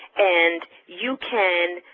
and you can